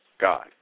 God